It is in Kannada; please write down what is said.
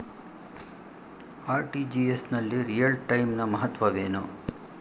ಆರ್.ಟಿ.ಜಿ.ಎಸ್ ನಲ್ಲಿ ರಿಯಲ್ ಟೈಮ್ ನ ಮಹತ್ವವೇನು?